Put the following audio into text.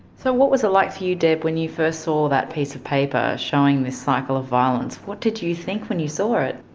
so what was it like for you, deb, when you first saw that piece of paper showing this cycle of violence? what did you think when you saw um it?